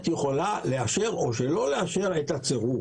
יכולה לאשר או שלא לאשר את הצירוף.